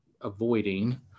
avoiding